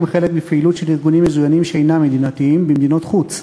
חלק בפעילות של ארגונים מזוינים שאינם מדינתיים במדינות חוץ,